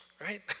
right